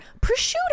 prosciutto